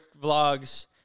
vlogs